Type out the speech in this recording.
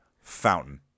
Fountain